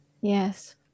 Yes